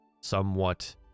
somewhat